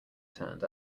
turned